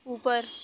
ऊपर